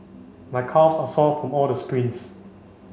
my calves are sore from all the sprints